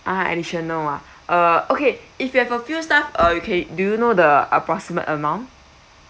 ah additional ah uh okay if you have a few stuff uh okay do you know the approximate amount